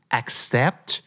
accept